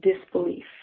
disbelief